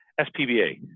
SPBA